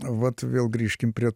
vat vėl grįžkim prie